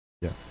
yes